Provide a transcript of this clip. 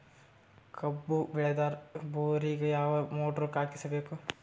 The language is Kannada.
ಕಬ್ಬು ಬೇಳದರ್ ಬೋರಿಗ ಯಾವ ಮೋಟ್ರ ಹಾಕಿಸಬೇಕು?